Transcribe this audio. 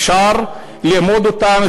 אפשר ללמוד אותם,